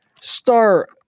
Star